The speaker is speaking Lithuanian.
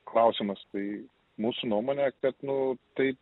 klausimas tai mūsų nuomonė kad nu tai